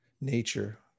nature